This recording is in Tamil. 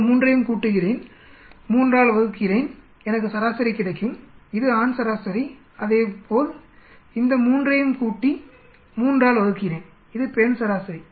இந்த 3 ஐயும் கூட்டுகிறேன் 3 ஆல் வகுக்கிறேன் எனக்கு சராசரி கிடைக்கும் இது ஆண் சராசரி அதேபோல் இந்த 3 ஐயும் கூட்டி 3 ஆல் வகுக்கிறேன் இது பெண் சராசரி